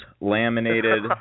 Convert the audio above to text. laminated